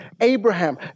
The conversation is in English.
Abraham